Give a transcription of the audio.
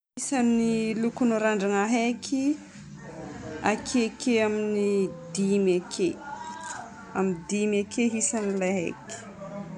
Isan'ny lokon'ny randrana haiky: akeke amin'ny dimy ake. Amin'ny dimy ake isan'ny ilay haiky.